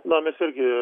na mes irgi